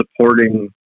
supporting